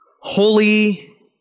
holy